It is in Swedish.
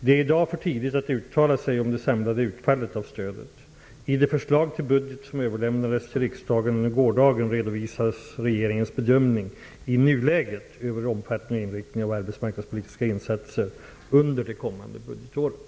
Det är i dag för tidigt att uttala sig om det samlade utfallet av stödet. I det förslag till budget som överlämnades till riksdagen under gårdagen redovisas regeringens bedömning i nuläget över omfattning och inriktning av arbetsmarknadspolitiska insatser under det kommande budgetåret.